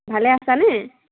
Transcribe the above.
ভালে আছানে